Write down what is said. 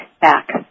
back